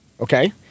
okay